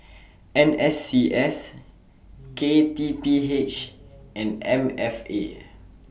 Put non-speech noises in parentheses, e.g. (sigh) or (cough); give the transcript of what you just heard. (noise) N S C S K T P H and M F A